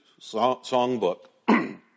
songbook